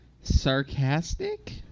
Sarcastic